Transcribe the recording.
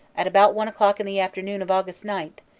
at about one o'clock in the afternoon of aug. nine,